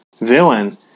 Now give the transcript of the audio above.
villain